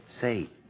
Say